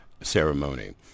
ceremony